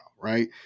right